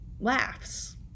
laughs